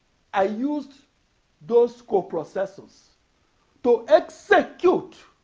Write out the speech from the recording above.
i used those co-processors to execute